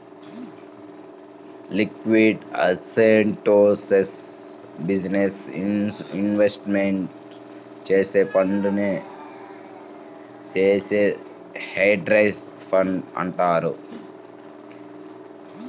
liquid అసెట్స్లో business investment చేసే ఫండునే చేసే హెడ్జ్ ఫండ్ అంటారు